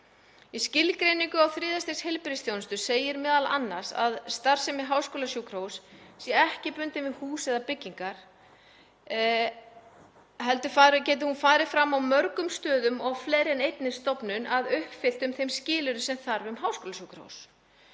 Í skilgreiningu á þriðja stigs heilbrigðisþjónustu segir m.a. að starfsemi háskólasjúkrahúss sé ekki bundin við hús eða byggingar heldur geti hún farið fram á mörgum stöðum og á fleiri en einni stofnun að uppfylltum þeim skilyrðum sem þarf um háskólasjúkrahús.